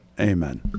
Amen